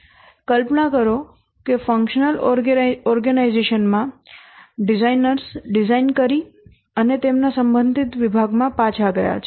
કલ્પના કરો કે functional organisation માં ડિઝાઇનરો ડિઝાઇન કરી અને તેમના સંબંધિત વિભાગમાં પાછા ગયા છે